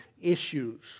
issues